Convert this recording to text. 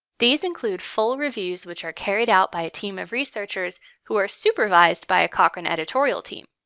these include full reviews which are carried out by a team of researchers who are supervised by a cochrane editorial team.